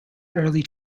early